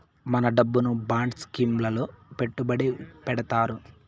మన డబ్బును bond scheme లలో పెట్టుబడి పెడతారు